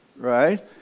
right